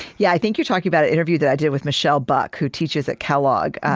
yeah, i think you're talking about an interview that i did with michelle buck, who teaches at kellogg,